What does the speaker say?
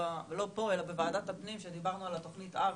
אלא בוועדת הפנים שדיברנו על תכנית אב.